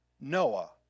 Noah